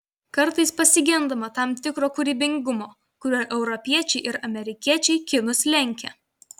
kartais pasigendama tam tikro kūrybingumo kuriuo europiečiai ir amerikiečiai kinus lenkia